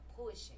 pushing